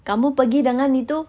kamu pergi dengan itu